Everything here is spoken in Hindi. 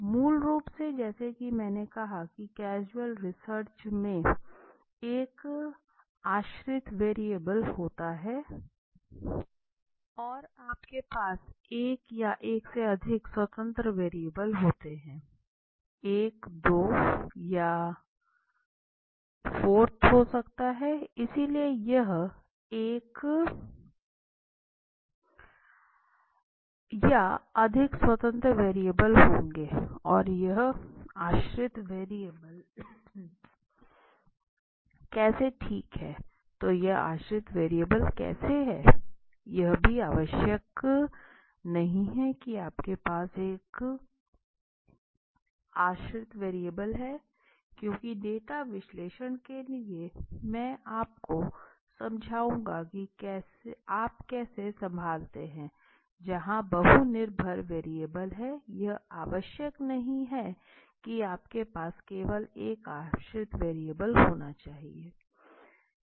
मूल रूप से जैसा कि मैंने कहा कि कैजुअल रिसर्च में एक आश्रित वेरिएबल होता है और आपके पास एक या एक से अधिक स्वतंत्र वेरिएबल होते हैं 1 2 या IVn हो सकता है इसलिए यह 1 या अधिक स्वतंत्र वेरिएबल होंगे तो यह आश्रित वेरिएबल कैसे ठीक हैं तो यह आश्रित वेरिएबल कैसे हैं यह भी आवश्यक नहीं है कि आपके पास एक आश्रित वेरिएबल है क्योंकि डेटा विश्लेषण के लिए मैं आपको समझाऊंगा कि आप कैसे संभालते हैं जहां बहु निर्भर वेरिएबल हैं यह आवश्यक नहीं है कि आपके पास केवल एक आश्रित वेरिएबल होना चाहिए